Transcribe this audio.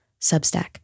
Substack